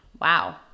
Wow